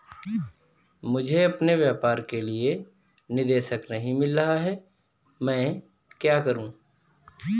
मुझे अपने व्यापार के लिए निदेशक नहीं मिल रहा है मैं क्या करूं?